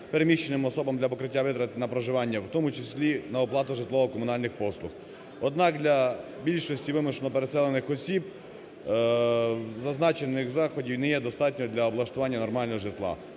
переміщеним особам для покриття витрат на проживання, у тому числі на оплату житлово-комунальних послуг. Однак для більшості вимушено переселених осіб зазначених заходів не є достатньо для облаштування нормального житла.